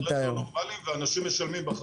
בהחלט לא נורמליים, ואנשים משלמים בחיים.